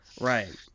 Right